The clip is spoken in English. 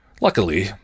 Luckily